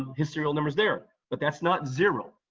his serial number's there, but that's not zero,